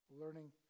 learning